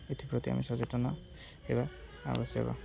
ଏଥିପ୍ରତି ଆମେ ସଚେତନ ହେବା ଆବଶ୍ୟକ